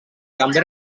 també